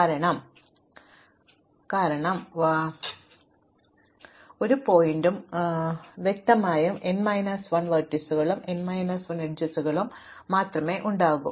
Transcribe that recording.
കാരണം എനിക്ക് അനുവദിക്കാൻ മാത്രമേ കഴിയൂ അതിനാൽ എനിക്ക് പൂർണ്ണമായും n വെർട്ടീസുകൾ ഉണ്ട് അതിനാൽ വഴിയിൽ എവിടെയും ആവർത്തിക്കാൻ ഒരു ശീർഷകത്തെയും ഞാൻ അനുവദിക്കുന്നില്ലെങ്കിൽ വ്യക്തമായും എനിക്ക് n മൈനസ് 1 വെർട്ടീസുകളും n മൈനസ് 1 അരികുകളും മാത്രമേ ഉണ്ടാകൂ